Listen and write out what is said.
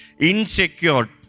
insecure